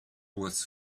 was